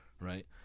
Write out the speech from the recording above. right